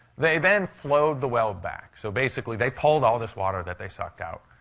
they then flowed the well back. so basically, they pulled all this water that they sucked out,